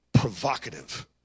provocative